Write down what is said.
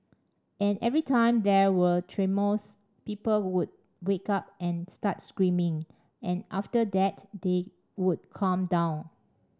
and every time there were tremors people would wake up and start screaming and after that they would calm down